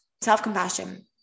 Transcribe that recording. self-compassion